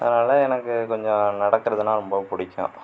அதனால எனக்கு கொஞ்சம் நடக்குறதுனால் ரொம்ப பிடிக்கும்